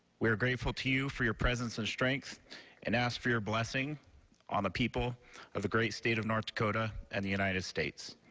we are grateful to you for your presence and strength and ask for your blessing on the people of the great state of north dakota and the united states,